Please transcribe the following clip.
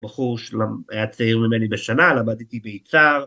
בחור שהיה צעיר ממני בשנה, למד איתי ביצהר.